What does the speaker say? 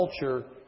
culture